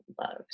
loves